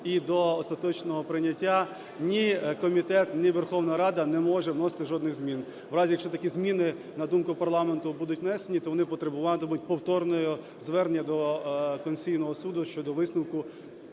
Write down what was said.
і до остаточного прийняття ні комітет, ні Верховна Рада не може вносити жодних змін. В разі, якщо такі зміни, на думку парламенту, будуть внесені, то вони потребуватимуть повторного звернення до Конституційного Суду щодо висновку